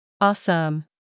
Awesome